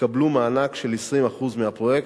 יקבלו מענק בסך 20% מהפרויקט.